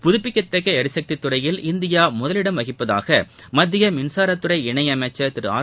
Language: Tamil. புதுப்பிக்கத்தக்க எரிசக்தி துறையில் இந்தியா முதலிடம் வகிப்பதாக மத்திய மின்சாரத்துறை இணையமைச்சர் திரு ஆர்